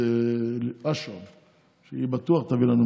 הצבעת נגד החוק הזה למרות שהתחייבתם לזה בבחירות.